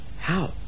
How